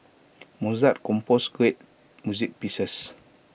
Mozart composed great music pieces